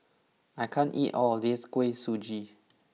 I can't eat all of this Kuih Suji